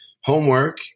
homework